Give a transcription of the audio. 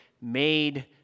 made